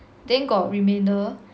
then got remainder